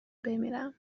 بمیرم